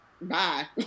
bye